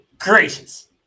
gracious